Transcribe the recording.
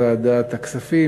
מי לוועדת הכספים,